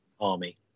army